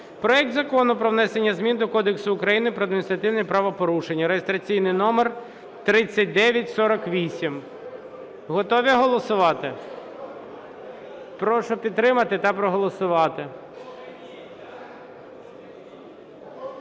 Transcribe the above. проект Закону про внесення змін до Кодексу України про адміністративні правопорушення (реєстраційний номер 3948). Готові голосувати? Прошу підтримати та проголосувати.